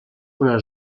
una